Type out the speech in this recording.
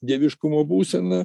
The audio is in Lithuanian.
dieviškumo būsena